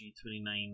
G29